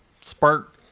Spark